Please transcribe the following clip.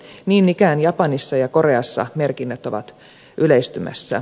niin ikään japanissa ja koreassa merkinnät ovat yleistymässä